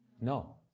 No